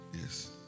Yes